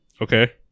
Okay